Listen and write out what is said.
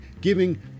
giving